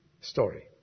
story